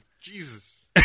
Jesus